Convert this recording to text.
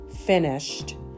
finished